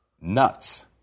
Nuts